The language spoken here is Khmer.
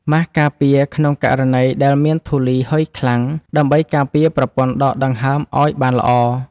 ម៉ាសការពារក្នុងករណីដែលមានធូលីហុយខ្លាំង ដើម្បីការពារប្រព័ន្ធដកដង្ហើមឱ្យបានល្អ។